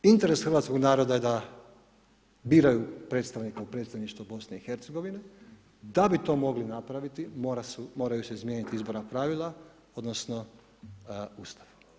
Interes hrvatskog naroda da biraju predstavnika u predstavništvo BiH, da bi to mogli napraviti, moraju se izmijeniti izborna pravila odnosno Ustav.